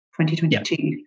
2022